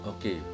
Okay